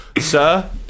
Sir